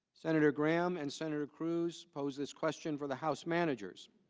senator gramm and senate approves poses questions of the house managers